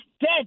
dead